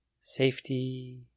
Safety